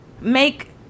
make